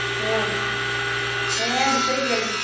ᱦᱮᱸ ᱦᱮᱸ ᱫᱤᱥᱟᱹᱭᱮᱫ ᱜᱤᱭᱟᱞᱤᱧ